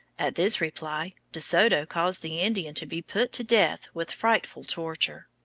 at this reply de soto caused the indian to be put to death with frightful torture.